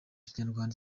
ikinyarwanda